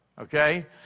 okay